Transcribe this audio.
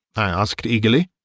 i asked, eagerly.